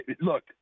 look